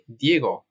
diego